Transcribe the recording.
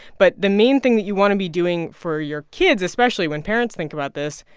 but the main thing that you want to be doing for your kids, especially when parents think about this,